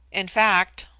in fact,